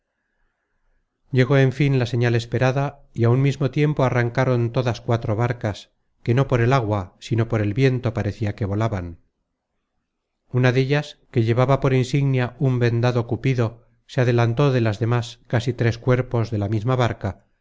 llegó en fin la señal esperada y á un mismo tiempo arrancaron todas cua que volaban una dellas que llevaba por insignia un vendado cupido se adelantó de las demas casi tres cuerpos de la misma barca